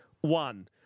one